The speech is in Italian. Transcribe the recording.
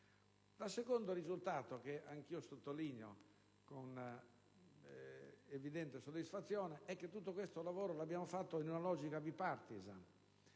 Il secondo risultato, che anch'io sottolineo con evidente soddisfazione, è che tutto questo lavoro lo abbiamo fatto in una logica *bipartisan*.